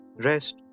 rest